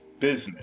business